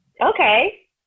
okay